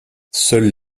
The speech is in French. seules